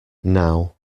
now